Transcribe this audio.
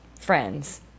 friends